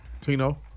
Tino